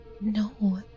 No